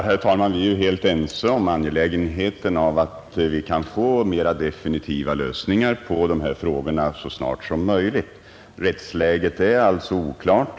Herr talman! Vi är helt ense om angelägenheten av att snarast möjligt få mera definitiva lösningar på dessa frågor. Rättsläget är för närvarande oklart.